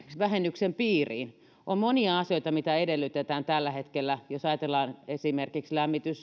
vähennyksen piiriin on monia asioita mitä edellytetään tällä hetkellä jos ajatellaan esimerkiksi